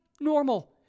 normal